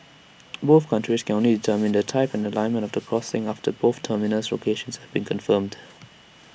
both countries can only determine the type and alignment of crossing after both terminus locations have been confirmed